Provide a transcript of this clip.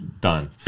Done